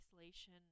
isolation